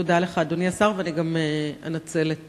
תודה לך, אדוני השר, ואני גם אנצל את